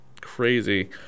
crazy